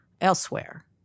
elsewhere